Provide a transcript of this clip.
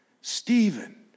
Stephen